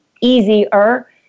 easier